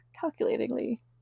calculatingly